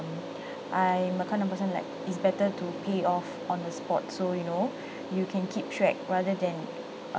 I'm a kind of person like it's better to pay off on the spot so you know you can keep track rather than